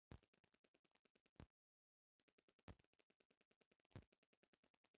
सेब से दारू बनेला आ इ सब महंगा होला